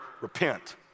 repent